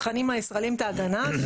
מהצרכנים הישראלים את ההגנה?